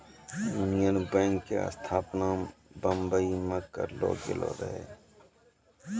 union Bank के स्थापना बंबई मे करलो गेलो रहै